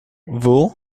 vous